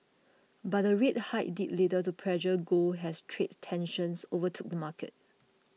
but the rate hike did little to pressure gold has trade tensions overtook the market